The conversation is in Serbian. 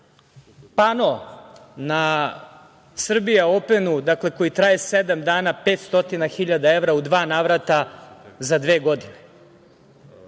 pano na „Srbija openu“ koji traje sedam dana 500.000 evra u dva navrata za dve godine.